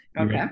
Okay